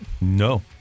No